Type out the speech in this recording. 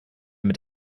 mit